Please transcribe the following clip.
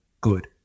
good